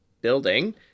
building